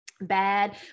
bad